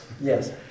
yes